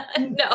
No